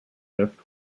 lift